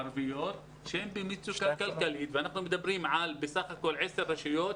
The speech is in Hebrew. הערביות הם במצוקה כלכלית ואנחנו מדברים על 10 רשויות